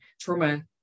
trauma